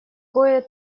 кое